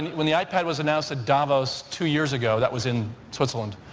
when the ipad was announced at davos two years ago, that was in switzerland,